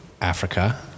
africa